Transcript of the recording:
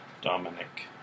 Dominic